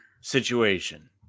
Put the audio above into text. situation